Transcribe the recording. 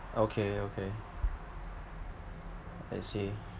okay okay I see